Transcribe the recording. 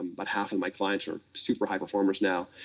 but half of my clients are super-high performers now.